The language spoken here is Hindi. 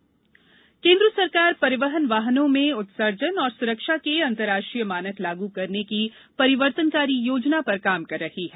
परिवहन उत्सर्जन केन्द्र सरकार परिवहन वाहनों में उत्सर्जन और सुरक्षा के अंतरराष्ट्रीय मानक लागू करने की परिवर्तनकारी योजना पर काम कर रही है